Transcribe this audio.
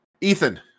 Ethan